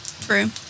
True